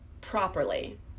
properly